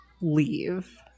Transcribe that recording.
leave